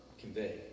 convey